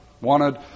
wanted